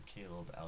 Caleb